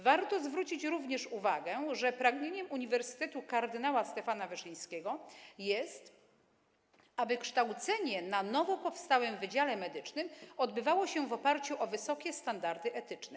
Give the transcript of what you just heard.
Warto zwrócić również uwagę, że pragnieniem Uniwersytetu Kardynała Stefana Wyszyńskiego jest, aby kształcenie na nowo powstałym wydziale medycznym odbywało się w oparciu o wysokie standardy etyczne.